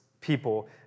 people